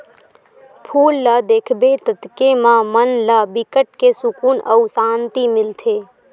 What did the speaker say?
फूल ल देखबे ततके म मन ला बिकट के सुकुन अउ सांति मिलथे